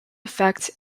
effect